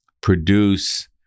produce